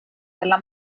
della